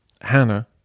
Hannah